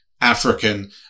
African